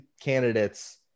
candidates